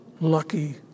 lucky